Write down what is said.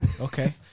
Okay